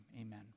Amen